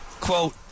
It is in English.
quote